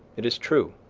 it is true,